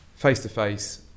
face-to-face